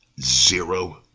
zero